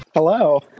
Hello